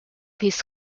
his